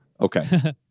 Okay